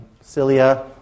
cilia